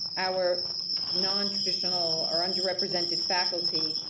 our non-traditional or underrepresented faculty